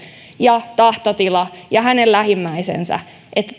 ja tahtotila ja hänen lähimmäisensä